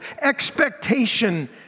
expectation